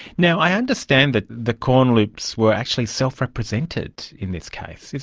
you know i understand that the corneloups were actually self-represented in this case, is